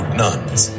nuns